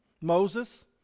Moses